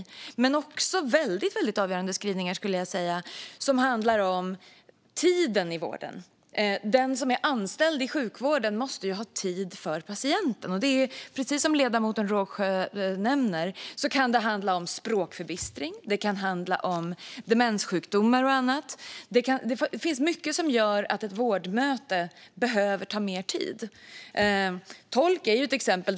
Det finns också skrivningar som jag skulle säga är väldigt avgörande om tiden i vården. Den som är anställd i sjukvården måste ju ha tid för patienten. Precis som ledamoten Rågsjö nämner kan det handla om språkförbistring. Det kan handla om demenssjukdomar och annat. Det finns mycket som gör att ett vårdmöte behöver ta mer tid. Tolk är ett exempel.